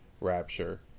rapture